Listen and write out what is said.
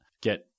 get